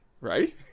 Right